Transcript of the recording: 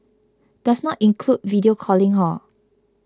does not include video calling hor